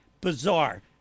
Bizarre